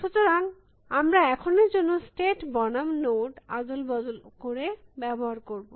সুতরাং আমরা এখনের জন্য স্টেট বনাম নোড আদল বদল করে ব্যবহার করব